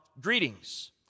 greetings